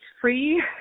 free